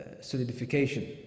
solidification